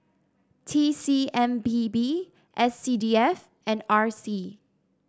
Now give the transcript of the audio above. T C M P B S C D F and R C